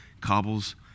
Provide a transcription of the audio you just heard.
cobbles